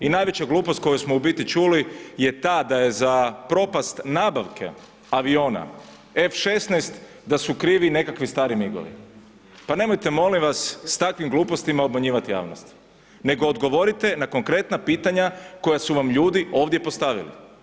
I najveća glupost koju smo u biti čuli je ta da je za propast nabavke aviona F-16 da su krivi nekakvi stari migovi, pa nemojte molim vas s takvim glupostima obmanjivati javnost, nego odgovorite na konkretna pitanja koja su vam ljudi ovdje postavili.